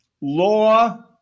law